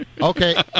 Okay